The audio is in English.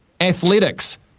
athletics